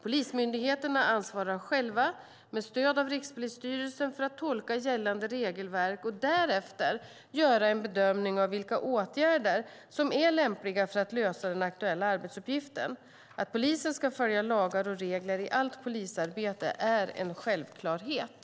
Polismyndigheterna ansvarar själva, med stöd av Rikspolisstyrelsen, för att tolka gällande regelverk och därefter göra en bedömning av vilka åtgärder som är lämpliga för att lösa den aktuella arbetsuppgiften. Att polisen ska följa lagar och regler i allt polisarbete är en självklarhet.